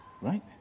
Right